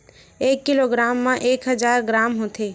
एक किलोग्राम मा एक हजार ग्राम होथे